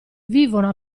vivono